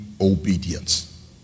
obedience